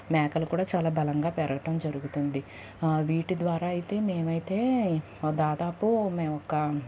మేకలు కూడ చాలా బలంగా పెరగటం జరుగుతుంది వీటి ద్వారా అయితే మేమైతే దాదాపు మేము ఒక